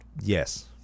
Yes